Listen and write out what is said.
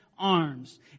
arms